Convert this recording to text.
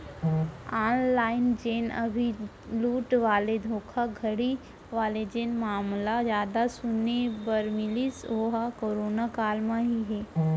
online जेन अभी लूट वाले धोखाघड़ी वाले जेन मामला जादा सुने बर मिलिस ओहा करोना काल म ही हे